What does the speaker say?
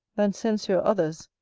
than censure others,